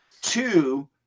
Two